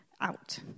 out